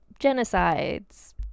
genocides